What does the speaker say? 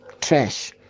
Trash